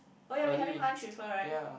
oh ya we having lunch with her right